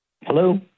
Hello